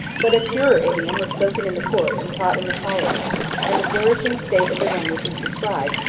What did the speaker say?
but a purer idiom was spoken in the court and taught in the college and the flourishing state of the language is described,